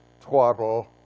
twaddle